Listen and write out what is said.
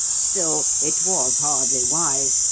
still, it was hardly wise,